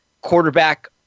quarterback